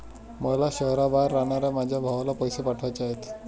मला शहराबाहेर राहणाऱ्या माझ्या भावाला पैसे पाठवायचे आहेत